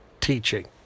teaching